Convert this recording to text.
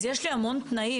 יש לי המון תנאים.